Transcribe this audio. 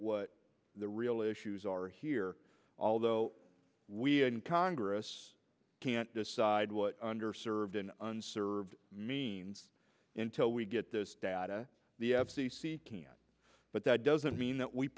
what the real issues are here although we in congress can't decide what under served and unserved means in till we get this data the f c c can but that doesn't mean that we